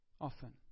Often